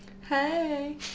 Hey